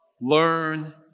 learn